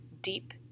deep